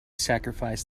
sacrifice